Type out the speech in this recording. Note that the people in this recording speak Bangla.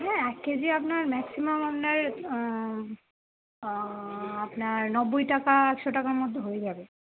হ্যাঁ এক কেজি আপনার ম্যাক্সিমাম আপনার আপনার নব্বই টাকা একশো টাকার মধ্যে হয়ে যাবে